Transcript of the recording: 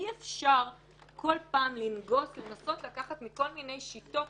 אי אפשר כל פעם לנגוס ולנסות לקחת מכל מיני שיטות